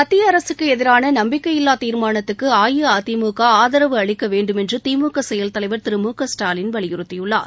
மத்திய அரசுக்கு எதிரான நம்பிக்கையில்வாத் தீர்மானத்துக்கு அஇஅதிமுக ஆதரவு அளிக்க வேண்டுமென்று திமுக செயல் தலைவர் திரு மு க ஸ்டாலின் வலியுறுத்தியுள்ளார்